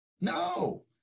No